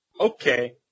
Okay